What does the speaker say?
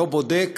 לא בודק